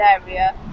area